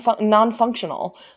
non-functional